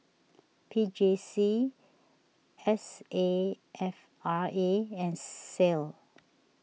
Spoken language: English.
P J C S A F R A and Sal